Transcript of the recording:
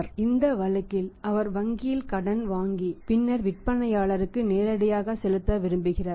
' எனவே இந்த வழக்கில் அவர் வங்கியில் கடன் வாங்கி பின்னர் விற்பனையாளருக்கு நேரடியாக செலுத்த விரும்புகிறார்